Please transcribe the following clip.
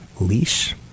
leash